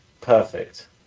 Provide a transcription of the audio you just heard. perfect